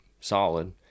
solid